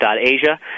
.Asia